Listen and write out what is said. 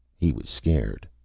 he was scared.